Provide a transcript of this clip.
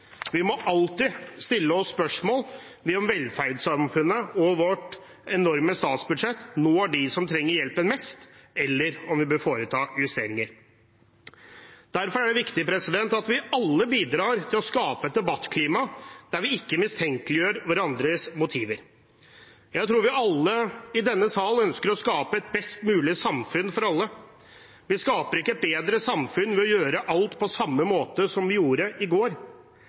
Vi må alltid stille oss spørsmål ved om velferdssamfunnet og vårt enorme statsbudsjett når dem som trenger hjelpen mest, eller om vi bør foreta justeringer. Derfor er det viktig at vi alle bidrar til å skape et debattklima der vi ikke mistenkeliggjør hverandres motiver. Jeg tror vi alle i denne sal ønsker å skape et best mulig samfunn for alle. Vi skaper ikke et bedre samfunn ved å gjøre alt på samme måte som vi gjorde i går.